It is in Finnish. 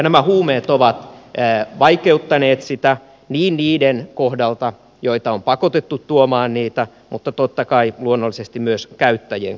nämä huumeet ovat vaikeuttaneet sitä niin niiden kohdalla joita on pakotettu tuomaan niitä mutta totta kai luonnollisesti myös käyttäjien kohdalla